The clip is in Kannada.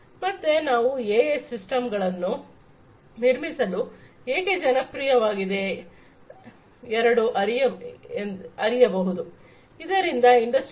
ಮತ್ತೆ ನಾವು ಎಐ ಸಿಸ್ಟಮ್ ಗಳನ್ನು ನಿರ್ಮಿಸಲು ಏಕೆ ಜನಪ್ರಿಯವಾಗಿದೆ ಎರಡು ಅರಿಯಬಹುದು ಇದರಿಂದ ಇಂಡಸ್ಟ್ರಿ4